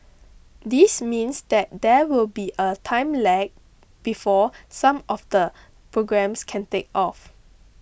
this means that there will be a time lag before some of the programmes can take off